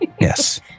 Yes